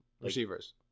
Receivers